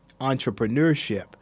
entrepreneurship